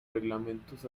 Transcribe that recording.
reglamentos